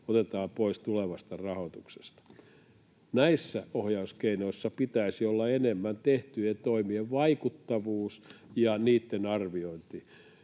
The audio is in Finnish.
otetaan pois tulevasta rahoituksesta. Näissä ohjauskeinoissa pitäisi olla enemmän tehtyjen toimien vaikuttavuutta ja niitten arviointia.